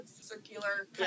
circular